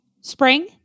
Spring